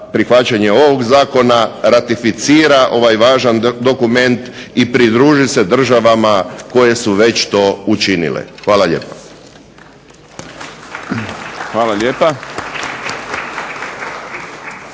prihvaćanje ovog zakona ratificira ovaj važan dokument i pridruži se državama koje su to već učinile. Hvala lijepa.